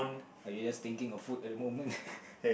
are you just thinking of food at the moment